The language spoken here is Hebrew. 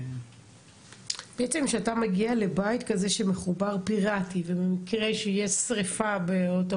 בעצם כשאתה מגיע לבית כזה שמחובר פיראטית במקרה שיש שריפה באותו